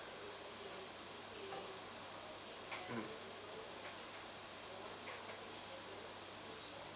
mm